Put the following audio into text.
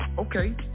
Okay